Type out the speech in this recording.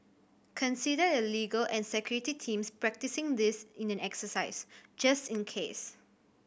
consider the legal and security teams practising this in an exercise just in case